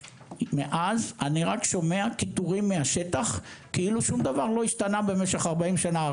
ומאז אני רק שומע קיטורים מהשטח כאילו שום דבר לא השתנה במשך 40 שנה.